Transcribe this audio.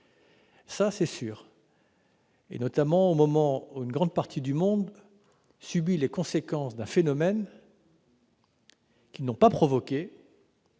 ça, c'est sûr !-, notamment au moment où une grande partie du monde subit les conséquences d'un phénomène qu'elle n'a pas provoqué